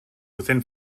within